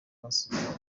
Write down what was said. basubijwe